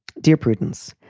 dear prudence,